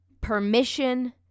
permission